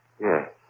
Yes